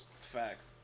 Facts